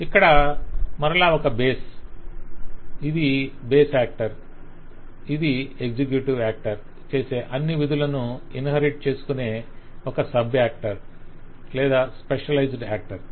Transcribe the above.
ఇక్కడ మరలా ఒక బేస్ ఇది బేస్ యాక్టర్ ఇది ఎగ్జిక్యూటివ్ యాక్టర్ చేసే అన్ని విధులను ఇన్హెరిట్ చేసుకొనే ఒక సబ్ యాక్టర్ లేదా స్పెషలైజ్డ్ యాక్టర్